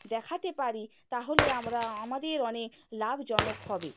দেখাতে পারি তাহলে আমরা আ আমাদের অনেক লাভজনক হবে